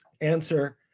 answer